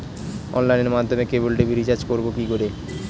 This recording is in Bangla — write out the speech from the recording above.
অনলাইনের মাধ্যমে ক্যাবল টি.ভি রিচার্জ করব কি করে?